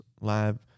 live